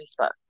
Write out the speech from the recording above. Facebook